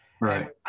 Right